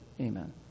Amen